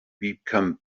become